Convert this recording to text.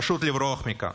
פשוט לברוח מכאן.